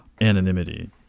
anonymity